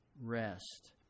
rest